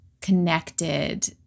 connected